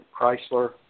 Chrysler